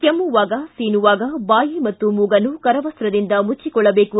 ಕೆಮ್ಮವಾಗ ಸೀನುವಾಗ ಬಾಯಿ ಮತ್ತು ಮೂಗನ್ನು ಕರವಸ್ತದಿಂದ ಮುಚ್ವಕೊಳ್ಳಬೇಕು